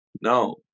No